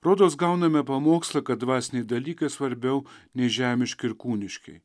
rodos gauname pamokslą kad dvasiniai dalykai svarbiau nei žemiški ir kūniški